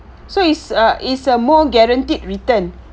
so it's a it's a more guaranteed return